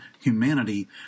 humanity